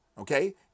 okay